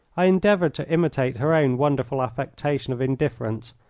i endeavoured to imitate her own wonderful affectation of indifference,